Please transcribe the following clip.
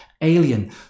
alien